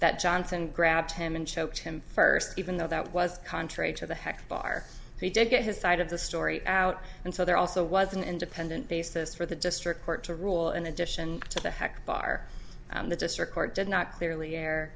that johnson grabbed him and choked him first even though that was contrary to the heck bar he did get his side of the story out and so there also was an independent basis for the district court to rule in addition to the heck bar the district court did not clearly